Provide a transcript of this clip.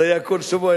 זה היה כל שבוע,